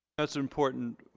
that's an important